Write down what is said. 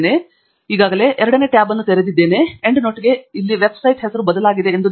ನಾವು ಈಗಾಗಲೇ ಎರಡನೇ ಟ್ಯಾಬ್ ಅನ್ನು ತೆರೆದಿದ್ದೇವೆ ಮತ್ತು ಎಂಡ್ ನೋಟ್ ಗೆ ಇಲ್ಲಿ ವೆಬ್ಸೈಟ್ ಹೆಸರು ಬದಲಾಗಿದೆ ಎಂದು ನೀವು ಈಗಾಗಲೇ ಗಮನಿಸಬಹುದು